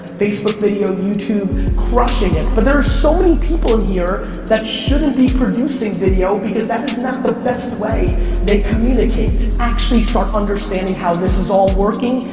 facebook video, youtube crushing it but there're so people in here that shouldn't be producing video because that is not the best way they communicate. actually start understanding how this is all working,